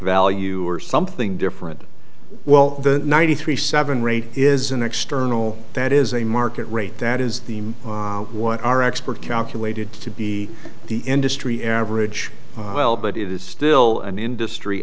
value or something different well the ninety three seven range is an external that is a market rate that is the one our expert calculated to be the industry average well but it is still an industry